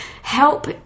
help